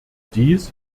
dies